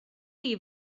chi